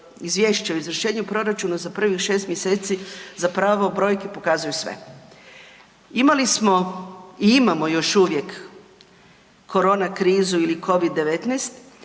izvješće o izvršenju proračuna za prvih 6 mjeseci zapravo brojke pokazuju sve. Imali smo i imamo još uvijek korona krizu ili Covid-19